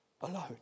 alone